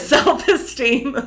Self-Esteem